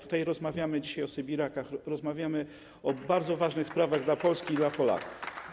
Dzisiaj rozmawiamy tutaj o sybirakach, rozmawiamy o bardzo ważnych sprawach dla Polski i dla Polaków.